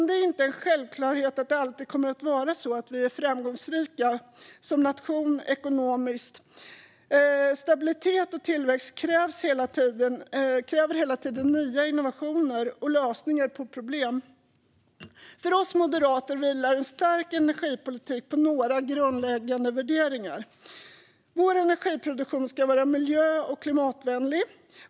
Det är inte en självklarhet att det alltid kommer att vara så att vi är framgångsrika som nation. Ekonomisk stabilitet och tillväxt kräver hela tiden nya innovationer och lösningar på problem. För oss moderater vilar en stark energipolitik på några grundläggande värderingar. Vår energiproduktion ska vara miljö och klimatvänlig.